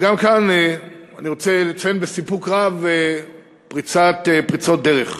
וגם כאן אני רוצה לציין בסיפוק רב פריצות דרך: